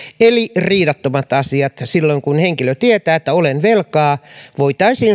eli riidattomat asiat silloin kun henkilö tietää että olen velkaa voitaisiin